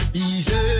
Easy